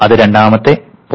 അത് രണ്ടാമത്തെ പോർട്ട് ആണ്